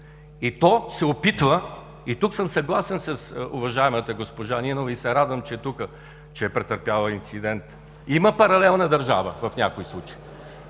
и то се опитва – и тук съм съгласен с уважаемата госпожа Нинова и се радвам, че е тук, въпреки че е претърпяла инцидент – има паралелна държава в някои случаи.